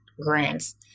grants